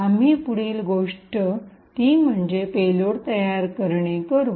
आम्ही पुढील गोष्ट ती म्हणजे पेलोड तयार करणे करू